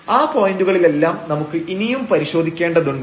ആ പോയന്റുകളിലെല്ലാം നമുക്ക് ഇനിയും പരിശോധിക്കേണ്ടതുണ്ട്